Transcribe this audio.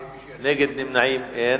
בעד 9, נגד ונמנעים, אין.